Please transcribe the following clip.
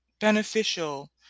beneficial